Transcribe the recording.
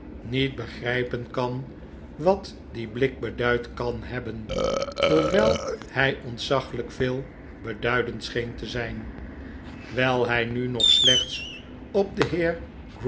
niet begrypen kan wat die blik beduid kan hebben hoewel hy ontzaglyk veel beduidend scheen te zijn wyl hy nu nog slechts op den